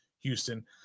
Houston